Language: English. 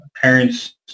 parents